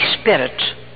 Spirit